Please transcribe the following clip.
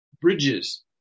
bridges